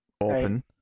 open